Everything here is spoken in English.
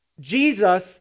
Jesus